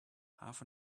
half